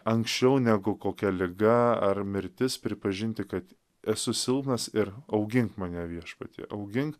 anksčiau negu kokia liga ar mirtis pripažinti kad esu silpnas ir augink mane viešpatie augink